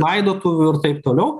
laidotuvių ir taip toliau